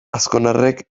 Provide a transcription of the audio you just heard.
azkonarrek